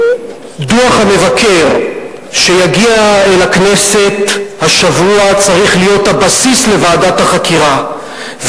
דוח המבקר שיגיע אל הכנסת השבוע צריך להיות הבסיס לוועדת החקירה,